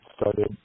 started